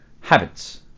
habits